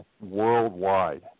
worldwide